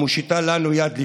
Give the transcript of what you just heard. המושיטה לנו יד לשלום,